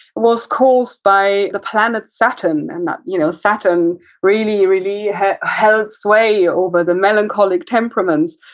was caused by the planet saturn. and you know, saturn really, really held sway yeah over the melancholic temperaments,